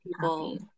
people